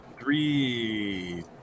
three